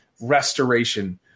Restoration